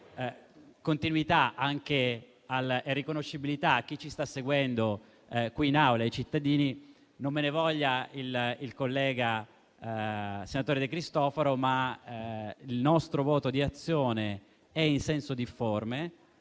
dare continuità e riconoscibilità a chi ci sta seguendo qui in Aula e ai cittadini, non me ne voglia il collega senatore De Cristofaro, ma il voto di Azione è in senso difforme